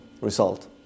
result